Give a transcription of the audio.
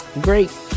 Great